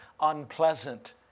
unpleasant